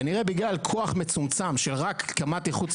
כנראה בגלל כוח מצומצם שרק קמ"ט איכות סביבה,